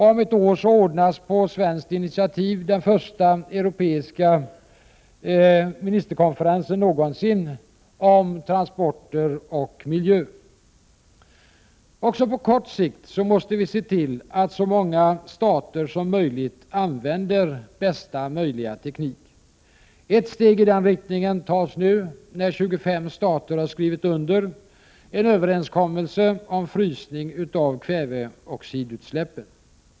Om ett år ordnas — på svenskt initiativ — den första europeiska ministerkonferensen någonsin om transporter och miljö. Också på kort sikt måste vi se till att så många stater som möjligt använder bästa möjliga teknik. Ett steg i den riktningen tas nu när 25 stater har skrivit under en överenskommelse om frysning av kväveoxidutsläppen.